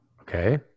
Okay